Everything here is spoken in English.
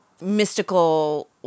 mystical